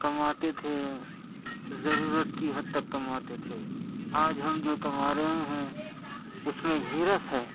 کماتے تھے ضرورت کی حد تک کماتے تھے آج ہم جو کما رہے ہیں اس میں حرص ہے